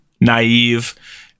naive